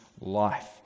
life